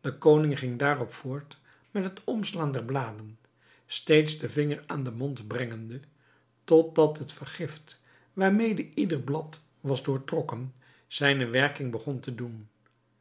de koning ging daarop voort met het omslaan der bladen steeds den vinger aan den mond brengende tot dat het vergift waarmede ieder blad was doortrokken zijne werking begon te doen